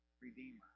Redeemer